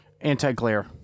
Anti-glare